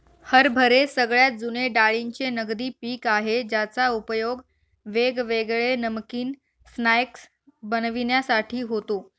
हरभरे सगळ्यात जुने डाळींचे नगदी पिक आहे ज्याचा उपयोग वेगवेगळे नमकीन स्नाय्क्स बनविण्यासाठी होतो